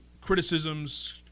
criticisms